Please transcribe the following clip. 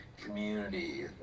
community